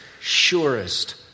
surest